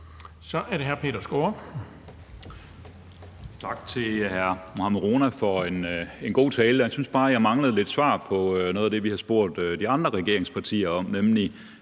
Så er det hr. Peter Skaarup.